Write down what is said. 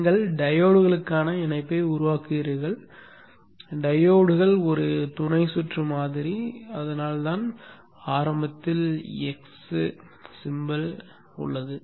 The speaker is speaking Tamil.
நீங்கள் டையோட்களுக்கான இணைப்பை உருவாக்குகிறீர்கள் டையோட்கள் ஒரு துணை சுற்று மாதிரி அதனால்தான் ஆரம்பத்தில் x குறி x உள்ளது